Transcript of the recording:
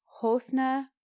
Hosna